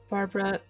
Barbara